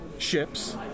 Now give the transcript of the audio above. ships